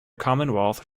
commonwealth